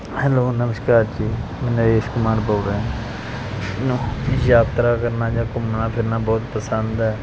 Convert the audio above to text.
hello ਨਮਸਕਾਰ ਜੀ ਮੈਂ ਨਰੇਸ਼ ਕੁਮਾਰ ਬੋਲ ਰਿਹਾ ਮੈਨੂੰ ਯਾਤਰਾ ਕਰਨਾ ਜਾਂ ਘੁੰਮਣਾ ਫਿਰਨਾ ਬਹੁਤ ਪਸੰਦ ਹੈ